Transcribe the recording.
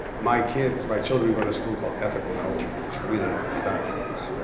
my kids, my children go to school called ethical culture. it's really about ethics.